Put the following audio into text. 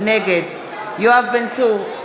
נגד יואב בן צור,